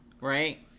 right